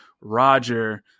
Roger